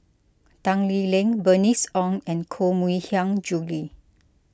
Tan Lee Leng Bernice Ong and Koh Mui Hiang Julie